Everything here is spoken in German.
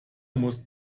musste